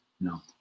No